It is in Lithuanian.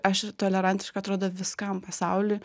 aš tolerantiška atrodo viskam pasauly